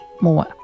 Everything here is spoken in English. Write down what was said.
more